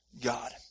God